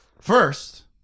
First